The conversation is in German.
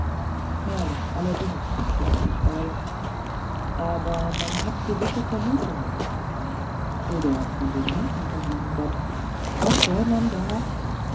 nein allerdings stimmte ich bei man hat da gewisse vermutungen oder von den händen vom lieben gott was soll man da